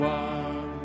one